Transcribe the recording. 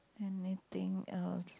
anything else